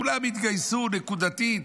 כולם התגייסו נקודתית,